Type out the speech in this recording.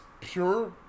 pure